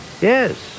Yes